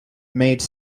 made